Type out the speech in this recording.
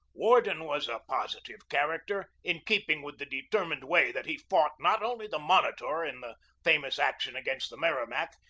worden was a positive character, in keeping with the determined way that he fought, not only the monitor in the famous action against the merrimac,